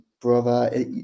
brother